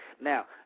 Now